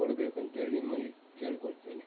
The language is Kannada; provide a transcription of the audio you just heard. ಕೊಡ್ಬೇಕಂತೇಳಿ ನಿಮ್ಮಲ್ಲಿ ಕೇಳಿಕೊಳ್ತೇನೆ